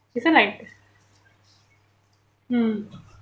it's so like mm